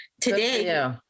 Today